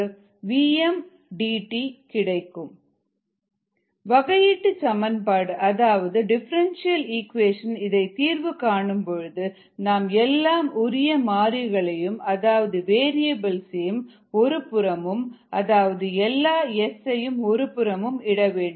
KmSSdSvm dt வகையீட்டுச் சமன்பாடு அதாவது டிஃபரண்டியல் ஈக்குவேஷன் இதை தீர்வு காணும் பொழுது நாம் எல்லா உரிய மாறிகளையும் அதாவது வேறியபிள்ஸ் ஒரு புறம் அதாவது எல்லா S ஐயும் ஒருபுறம் இடவேண்டும்